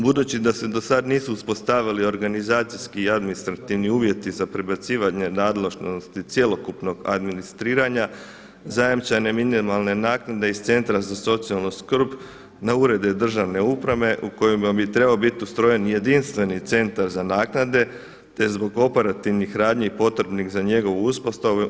Budući da se do sad nisu uspostavili organizacijski i administrativni uvjeti za prebacivanje nadležnosti cjelokupnog administriranja zajamčene minimalne naknade iz Centra za socijalnu skrb na urede države uprave u kojima bi trebao biti ustrojen jedinstveni centar za naknade, te zbog operativnih radnji potrebnih za njegovu uspostavu.